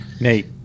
Nate